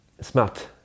smart